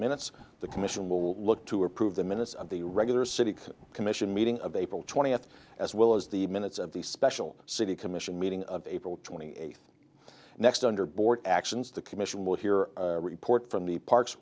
minutes the commission will look to approve the minutes of the regular city commission meeting of april twentieth as well as the minutes of the special city commission meeting of april twenty eighth next under board actions the commission will hear a report from the parks